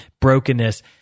brokenness